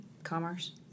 Commerce